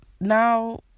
Now